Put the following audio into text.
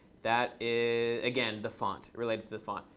that is, again, the font, related to the font.